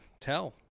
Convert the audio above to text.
tell